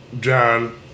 John